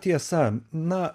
tiesa na